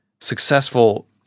successful